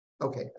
Okay